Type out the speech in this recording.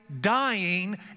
dying